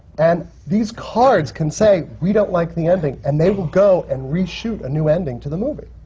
and these cards can say, we don't like the ending, and they will go and reshoot a new ending to the movie.